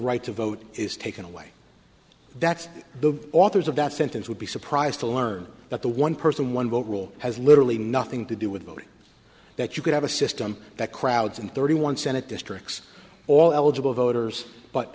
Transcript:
right to vote is taken away that's the authors of that sentence would be surprised to learn that the one person one vote rule has literally nothing to do with voting that you could have a system that crowds in thirty one senate districts all eligible voters but